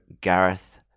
Gareth